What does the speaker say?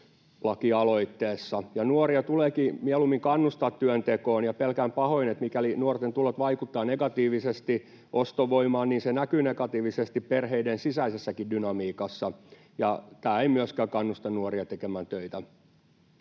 lakialoitteessa. Nuoria tuleekin mieluummin kannustaa työntekoon, ja pelkään pahoin, että mikäli nuorten tulot vaikuttavat negatiivisesti ostovoimaan, niin se näkyy negatiivisesti perheiden sisäisessäkin dynamiikassa, ja tämä ei myöskään kannusta nuoria tekemään töitä.